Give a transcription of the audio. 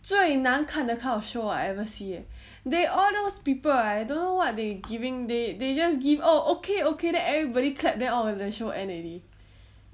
最难看的 kind of show I ever see eh they all those people I don't know what they giving they they just give oh okay okay then everybody clap then orh the show already